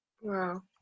Wow